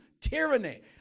tyranny